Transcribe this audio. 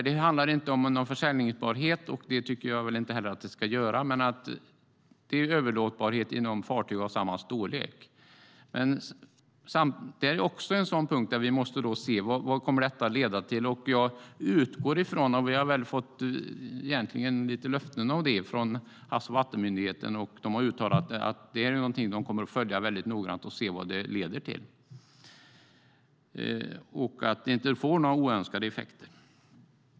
Det handlar inte om någon försäljningsbarhet - och det tycker jag heller inte att det ska göra - utan om överlåtbarhet mellan fartyg av samma storlek. Vi måste se vad detta kommer att leda till. Vi har fått lite löften om detta från Havs och vattenmyndigheten, som har uttalat att de kommer att följa detta noggrant och se vad det leder till och att det inte får några oönskade effekter.